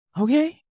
okay